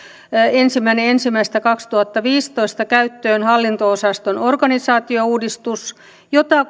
ensimmäinen ensimmäistä kaksituhattaviisitoista käyttöön hallinto osaston organisaatiouudistus jota